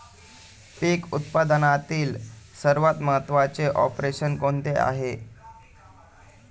पीक उत्पादनातील सर्वात महत्त्वाचे ऑपरेशन कोणते आहे?